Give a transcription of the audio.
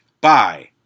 bye